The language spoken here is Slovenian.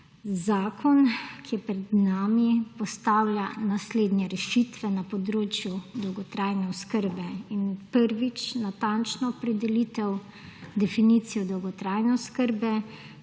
Zakon, ki je pred nami, postavlja naslednje rešitve na področju dolgotrajne oskrbe, prvič, natančno opredelitev definicije dolgotrajne oskrbe,